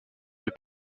mais